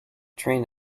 train